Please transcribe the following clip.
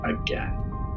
again